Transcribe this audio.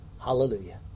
Hallelujah